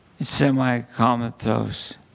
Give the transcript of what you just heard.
semi-comatose